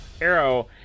arrow